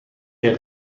der